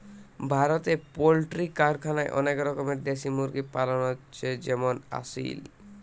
ভারতে পোল্ট্রি কারখানায় অনেক রকমের দেশি মুরগি পালন হচ্ছে যেমন আসিল